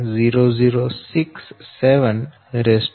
123 X 19 0